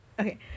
Okay